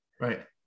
Right